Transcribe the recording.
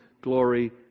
glory